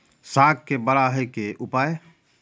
साग के बड़ा है के उपाय?